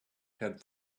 had